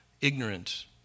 ignorant